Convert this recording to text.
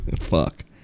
Fuck